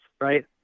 right